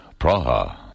Praha